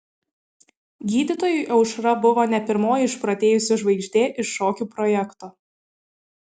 gydytojui aušra buvo ne pirmoji išprotėjusi žvaigždė iš šokių projekto